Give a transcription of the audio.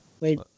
Wait